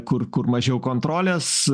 kur kur mažiau kontrolės